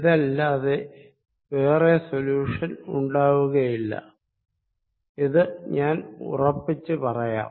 ഇതല്ലാതെ വേറെ സൊല്യൂഷൻ ഉണ്ടാകുകയില്ല ഞാൻ ഇത് ഉറപ്പിച്ച് പറയാം